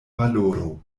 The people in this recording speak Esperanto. valoro